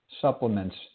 supplements